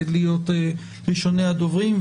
להיות ראשוני הדוברים,